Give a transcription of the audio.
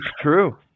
true